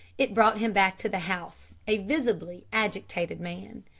it brought him back to the house, a visibly agitated man.